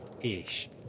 ish